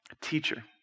teacher